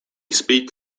speak